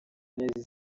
neza